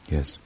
Yes